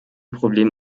problem